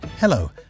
Hello